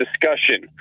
discussion